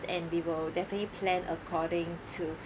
and we will definitely plan according to